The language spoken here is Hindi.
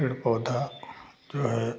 पेड़ पौधा जो है